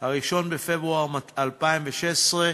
1 בפברואר 2016,